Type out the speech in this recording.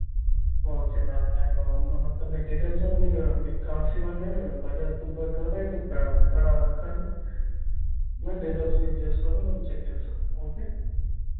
okay ma'am నేను మొత్తం మీకు డీటెయిల్సు మీ కార్డ్స్ ఇవ్వండి మీ Bajaj finance card and PAN card Aadhaar card ఇవన్నీ డీటెయిల్స్ ఫిల్ చేసుకుని మేము చెక్ చేస్తాం ఓకే